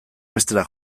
bestera